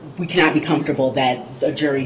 we cannot be comfortable that the jury